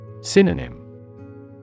Synonym